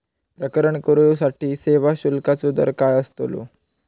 प्रकरण करूसाठी सेवा शुल्काचो दर काय अस्तलो?